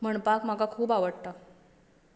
म्हणपाक म्हाका खूब आवडटा